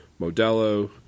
Modelo